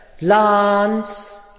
Lance